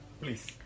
please